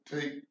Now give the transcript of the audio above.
take